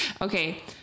Okay